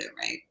right